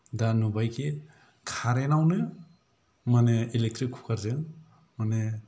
दा नुबाय कि कारेन्त आवनो माने इलेक्ट्रिक कुकार जों माने